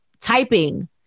typing